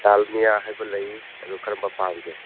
ꯗꯥꯜꯃꯤꯌꯥ ꯍꯥꯏꯕ ꯂꯩ ꯑꯗꯨ ꯀꯔꯝꯕ ꯄꯥꯝꯒꯦ